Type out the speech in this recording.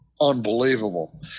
unbelievable